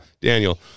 Daniel